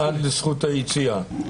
עד לזכות היציאה.